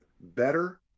better